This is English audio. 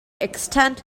extend